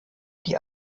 die